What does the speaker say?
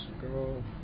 girl